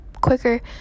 quicker